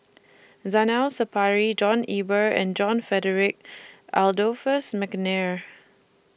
Zainal Sapari John Eber and John Frederick Adolphus Mcnair